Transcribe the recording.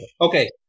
Okay